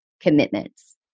commitments